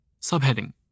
Subheading